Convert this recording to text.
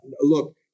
Look